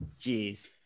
Jeez